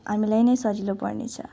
हामीलाई नै सजिलो पर्ने छ